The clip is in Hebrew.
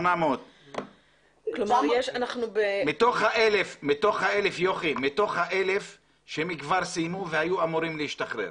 800. מתוך ה-1,000 שכבר סיימו והיו אמורים להשתחרר,